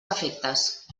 efectes